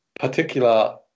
particular